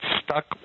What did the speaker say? stuck